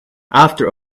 after